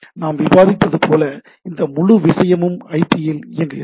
நாம் விவாதித்தது போல இந்த முழு விஷயமும் ஐபியில் இயங்குகிறது